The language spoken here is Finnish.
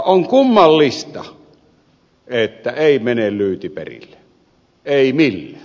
on kummallista että ei mene lyyti perille ei millään